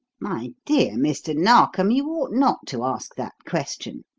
my dear mr. narkom, you ought not to ask that question.